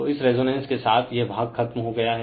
तो इस रेजोनेंस के साथ यह भाग खत्म हो गया है